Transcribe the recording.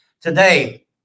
today